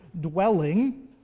dwelling